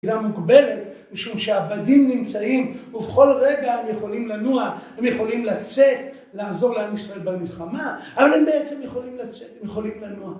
‫הגילה מוגבלת משום שהעבדים נמצאים, ‫ובכל רגע הם יכולים לנוע, ‫הם יכולים לצאת, ‫לעזור לעם ישראל במלחמה, ‫אבל הם בעצם יכולים לצאת, ‫הם יכולים לנוע.